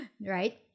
right